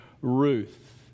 Ruth